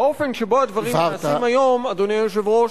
האופן שבו הדברים נעשים היום, אדוני היושב-ראש,